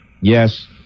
Yes